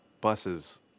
buses